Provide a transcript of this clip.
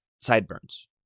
sideburns